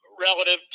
relative